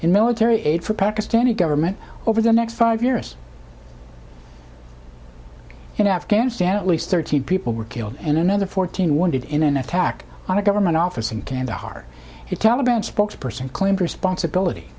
in military aid for pakistani government over the next five years in afghanistan at least thirteen people were killed and another fourteen wanted in an attack on a government office in kandahar it taliban spokesperson claimed responsibility